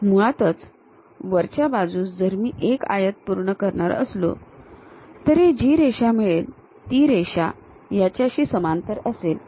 मुळातच वरच्या बाजूस जर मी एक आयत पूर्ण करणार असलो तर जी रेषा मिळेल ती रेषा याच्याशी समांतर असेल